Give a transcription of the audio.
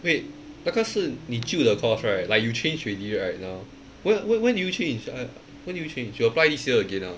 wait 那个是你旧的 course right like you change already right now when when when did you change I when did you change you apply this year again ah